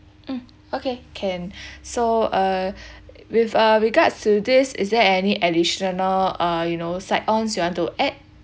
mm okay can so uh with regards to this is there any additional uh you know side ons you want to add